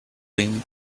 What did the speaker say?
dream